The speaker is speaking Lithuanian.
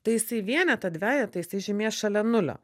tai jisai vienetą dvejetą jisai žymės šalia nulio